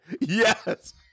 Yes